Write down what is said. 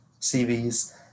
CVs